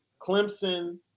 Clemson